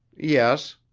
yes,